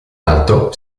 alto